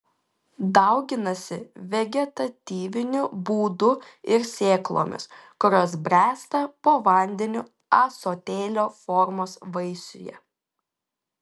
dauginasi vegetatyviniu būdu ir sėklomis kurios bręsta po vandeniu ąsotėlio formos vaisiuje